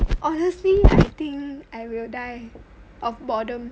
honestly I think I will die of boredom